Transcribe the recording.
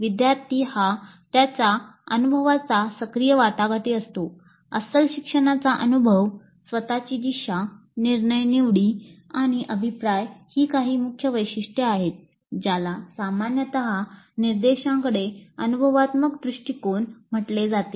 विद्यार्थी हा त्याच्या अनुभवाचा सक्रिय वाटाघाटी असतो अस्सल शिक्षणाचा अनुभव स्वत ची दिशा निर्णय निवडी आणि अभिप्राय ही काही मुख्य वैशिष्ट्ये आहेत ज्याला सामान्यत निर्देशांकडे अनुभवात्मक दृष्टिकोन म्हटले जाते